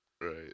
Right